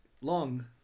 long